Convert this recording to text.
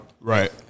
Right